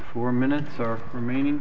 four minutes are remain